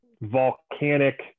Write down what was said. volcanic